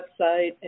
website